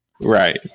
Right